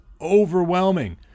overwhelming